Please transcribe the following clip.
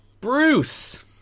Bruce